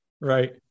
right